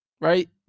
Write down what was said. right